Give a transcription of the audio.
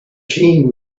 jean